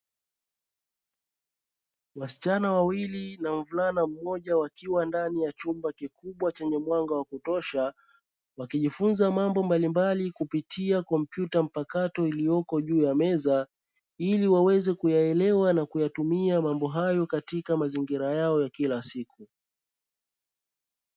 Wasichana wawili na mvulana mmoja wakiwa ndani ya chumba kikubwa chenye mwanga wa kutosha, wa kijifunza mambo mbalimbali kupitia kompyuta mpakato, iliyoko juu ya meza ili kuweza kuyaelewa na kuyatumia mambo hayo katika mazingira yao ya kila siku.